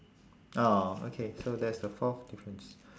ah okay so that's the fourth difference